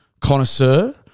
connoisseur